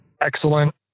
excellent